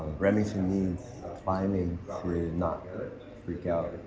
remington needs climbing to not freak out.